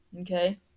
Okay